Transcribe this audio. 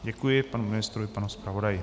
Děkuji panu ministrovi i panu zpravodaji.